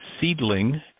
seedling